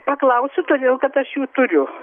paklausiu todėl kad aš jų turiu